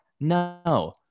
No